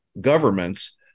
governments